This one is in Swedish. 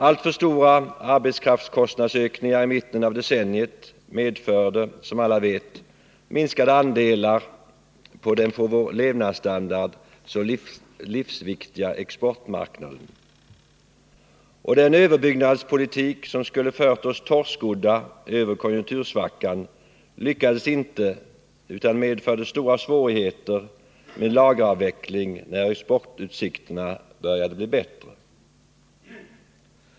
Alltför stora arbetskraftskostnadsökningar i mitten av decenniet medförde som alla vet minskade andelar på den för vår levnadsstandard så livsviktiga exportmarknaden, och den överbyggnadspolitik som skulle fört oss torrskodda över konjunktursvackan lyckades inte, utan medförde stora svårigheter med lageravveckling när exportutsikterna började bli bättre.